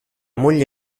moglie